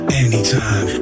anytime